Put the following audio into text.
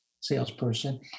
salesperson